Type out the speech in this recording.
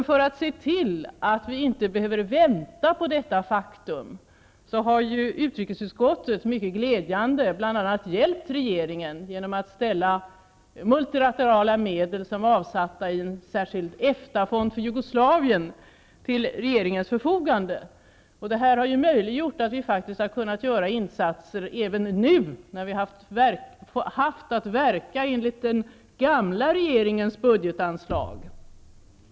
För att se till att vi inte behöver vänta så länge har utrikesutskottet mycket glädjande hjälpt regeringen genom att ställa multilaterala medel, avsatta i en särskild EFTA-fond för Jugoslavien, till regeringens förfogande. Det har möjliggjort att vi faktiskt har kunnat göra insatser även nu när vi har haft att verka enligt den gamla regeringens budgetanslag.